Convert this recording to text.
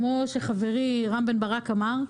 כמו שחברי רם בן ברק אמר,